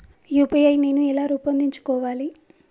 UPI నేను ఎలా రూపొందించుకోవాలి?